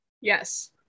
Yes